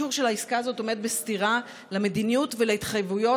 האישור של העסקה הזאת עומד בסתירה למדיניות ולהתחייבויות